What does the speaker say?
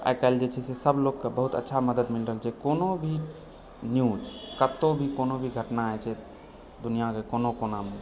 आइ काल्हि जे छै से सभ लोगके बहुत अच्छा मदद मिल रहल छै कोनो भी न्यूज कतो भी कोनो भी घटना होइत छै तऽ दुनिआके कोनो कोनामे